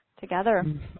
together